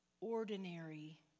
ordinary